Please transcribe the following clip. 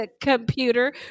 computer